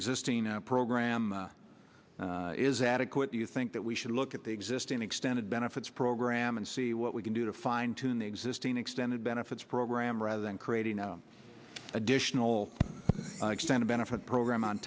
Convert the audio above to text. existing program is adequate do you think that we should look at the existing extended benefits program and see what we can do to fine tune the existing extended benefits program rather than creating additional extended benefits program on